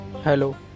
Hello